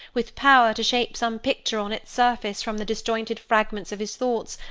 with power to shape some picture on its surface from the disjointed fragments of his thoughts,